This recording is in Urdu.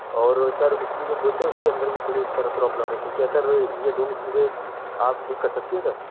اور سر اس کی جو بس ہے اس کے اندر بھی تھوڑی اس طرح پروبلم ہے تو کیا سر یہ دونوں چیزیں آپ ٹھیک کر سکتے ہیں سر